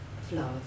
Flowers